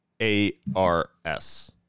A-R-S